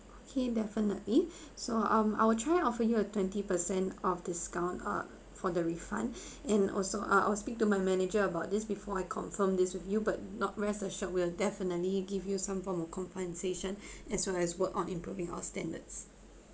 okay definitely so um I will try offer you a twenty percent off discount ah for the refund and also uh I'll speak to my manager about this before I confirm this with you but not rest assured we'll definitely give you some form of compensation as well as work on improving our standards